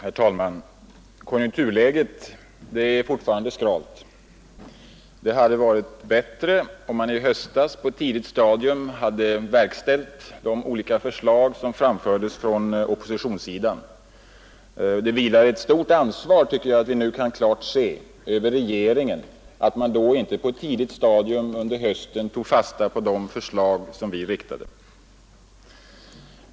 Herr talman! Konjunkturläget är fortfarande skralt. Det hade varit bättre om man på ett tidigt stadium i höstas hade genomfört de olika förslag som lades fram från oppositionssidan. Jag tycker att vi nu klart kan se att det vilar ett stort ansvar på regeringen för att den inte på ett tidigt stadium i höstas tog fasta på de förslag vi lade fram.